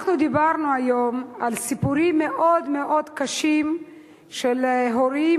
אנחנו דיברנו היום על סיפורים מאוד-מאוד קשים של הורים